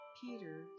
Peter